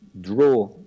draw